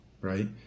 right